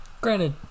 Granted